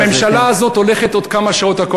סליחה, הממשלה הזאת, הקואליציה,